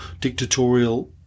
dictatorial